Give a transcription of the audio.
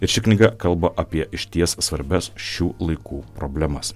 ir ši knyga kalba apie išties svarbias šių laikų problemas